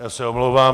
Já se omlouvám.